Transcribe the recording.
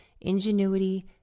ingenuity